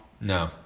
No